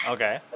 Okay